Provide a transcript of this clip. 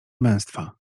męstwa